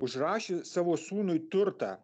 užrašė savo sūnui turtą